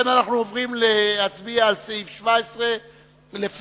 ההסתייגות לסעיף 17 לא נתקבלה.